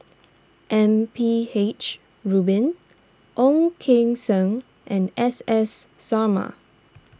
M P H Rubin Ong Keng Sen and S S Sarma